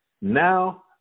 now